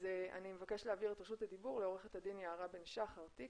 אני מבקשת להעביר את רשות הדיבור לעורכת הדין יערה בן שחר תיק,